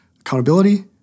Accountability